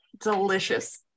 Delicious